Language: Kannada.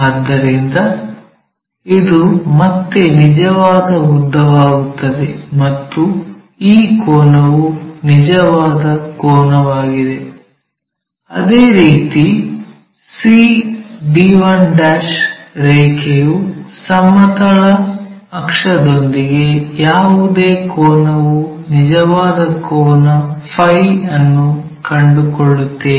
ಆದ್ದರಿಂದ ಇದು ಮತ್ತೆ ನಿಜವಾದ ಉದ್ದವಾಗುತ್ತದೆ ಮತ್ತು ಈ ಕೋನವು ನಿಜವಾದ ಕೋನವಾಗಿದೆ ಅದೇ ರೀತಿ c d1 ರೇಖೆಯು ಸಮತಲ ಅಕ್ಷದೊಂದಿಗೆ ಯಾವುದೇ ಕೋನವು ನಿಜವಾದ ಕೋನ ಫೈ Φ ಅನ್ನು ಕಂಡುಕೊಳ್ಳುತ್ತೇವೆ